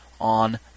on